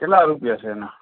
કેટલા રૂપિયા છે એના